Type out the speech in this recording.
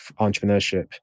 entrepreneurship